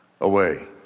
away